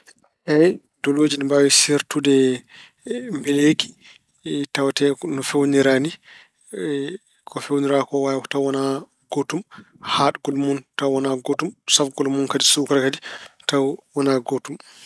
Eey, dolooji ine mbaawi seertude mbeleeki. Tawatee no feewnira ni ko feewnira ko taw waawa wonaa gootum, haaɗgol mun taw wonaa gootum, safgol mun suukara kadi taw wonaa gootum.